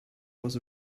was